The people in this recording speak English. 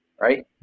right